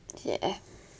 ya